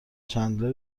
چندلر